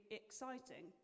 exciting